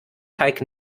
teig